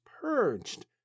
purged